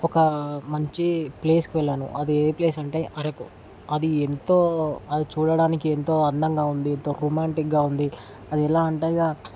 ఒక మంచి ప్లేస్కి వెళ్ళను అది ఏ ప్లేస్ అంటే అరకు అది ఎంతో అది చూడడానికి ఎంతో అందంగా ఉంది ఎంతో రొమాంటిక్గా ఉంది ఎలా అంటే ఇంకా